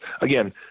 Again